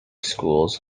schools